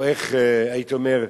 או, איך הייתי אומר?